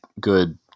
good